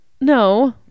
No